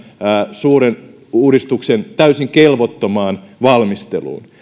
suuren uudistuksen täysin kelvottomaan valmisteluun